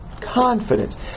confidence